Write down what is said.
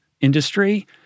industry